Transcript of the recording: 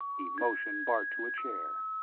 he motioned bart to a chair.